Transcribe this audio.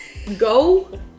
Go